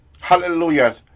Hallelujah